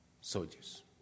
soldiers